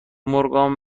مورگان